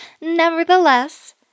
nevertheless